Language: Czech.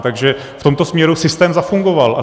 Takže v tomto směru systém zafungoval.